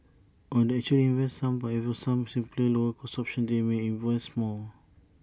or they actually invest some but if there were some simpler lower cost options they may invest more